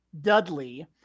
Dudley